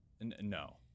no